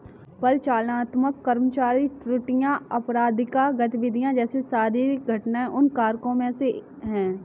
परिचालनात्मक कर्मचारी त्रुटियां, आपराधिक गतिविधि जैसे शारीरिक घटनाएं उन कारकों में से है